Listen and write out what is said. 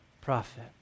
prophet